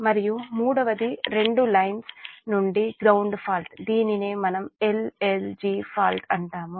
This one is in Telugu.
మరియు మూడవది రెండు లైన్స్ నుండి గ్రౌండ్ ఫాల్ట్ దీనినే మనం L L G ఫాల్ట్ అంటాము